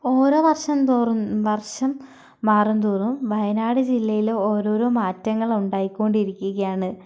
ഓരോ വർഷം തോറും വർഷം മാറും തോറും വയനാട് ജില്ലയിൽ ഓരോരോ മാറ്റങ്ങൾ ഉണ്ടായിക്കൊണ്ടിരിക്കുകയാണ്